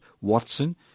Watson